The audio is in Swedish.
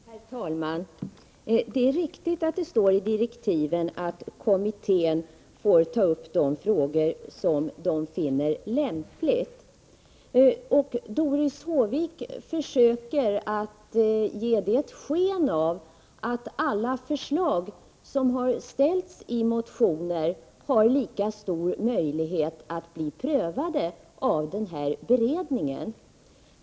Herr talman! Det är riktigt att det står i direktiven att kommittén får ta upp de frågor som den finner det lämpligt att ta upp. Men Doris Håvik försöker ge sken av att alla förslag som har ställts i motioner har lika stor möjlighet att bli prövade av beredningen.